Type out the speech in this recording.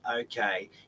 okay